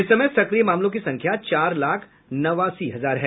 इस समय सक्रिय मामलों की संख्या चार लाख नवासी हजार है